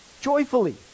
joyfully